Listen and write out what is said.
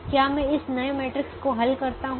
क्या मैं इस नए मैट्रिक्स को हल करता हूं